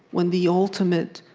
when the ultimate,